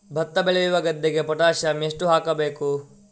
ಭತ್ತ ಬೆಳೆಯುವ ಗದ್ದೆಗೆ ಪೊಟ್ಯಾಸಿಯಂ ಎಷ್ಟು ಹಾಕಬೇಕು?